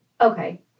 Okay